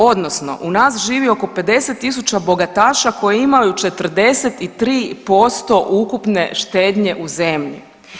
Odnosno u nas živi oko 50.000 bogataša koji imaju 43% ukupne štednje u zemlji.